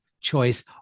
choice